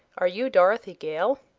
are you dorothy gale?